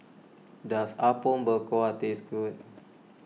does Apom Berkuah taste good